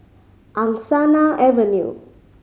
Angsana Avenue